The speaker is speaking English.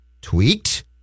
tweaked